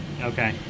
Okay